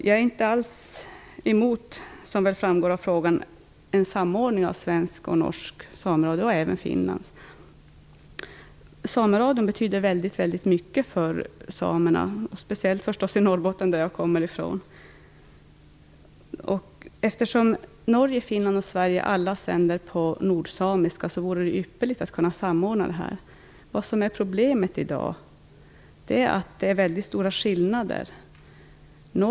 Jag är, som framgår av min fråga, inte alls emot en samordning av sameradion i Sverige, i Norge och även i Finland. Sameradion betyder väldigt mycket för samerna, speciellt i Norrbotten, som jag kommer ifrån. Eftersom sameradion såväl i Norge och i Finland som i Sverige sänder på nordsamiska, vore det ypperligt att kunna samordna verksamheterna. Problemet är att det i dag är mycket stora skillnader mellan dessa.